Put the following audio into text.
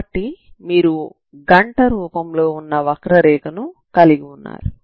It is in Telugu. కాబట్టి మీరు గంట రూపంలో వున్న వక్రరేఖను కలిగి ఉన్నారు